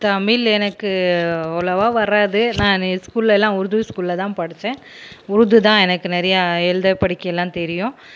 தமிழ் எனக்கு அவ்ளோவாக வராது நானு ஸ்கூல்லலாம் உருது ஸ்கூலில் தான் படிச்சேன் உருது தான் எனக்கு நிறையா எழுத படிக்கலாம் தெரியும்